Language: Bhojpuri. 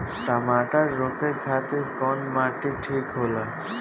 टमाटर रोपे खातीर कउन माटी ठीक होला?